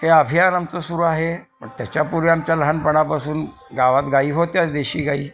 हे अभियान आमचं सुरू आहे पण त्याच्यापूर्वी आमच्या लहानपणापासून गावात गाई होत्याच देशी गाई